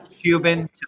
Cuban